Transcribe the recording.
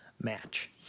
match